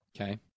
Okay